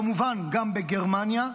כמובן גם בגרמניה,